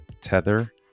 tether